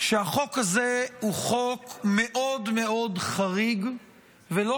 שהחוק הזה הוא חוק מאוד מאוד חריג ולא